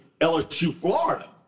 LSU-Florida